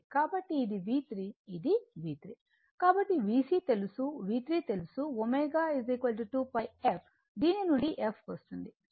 కాబట్టి ఇది V3 ఇది V3 కాబట్టి VC తెలుసు V3 తెలుసు ω 2 π f దీని నుండి f వస్తుంది